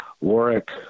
Warwick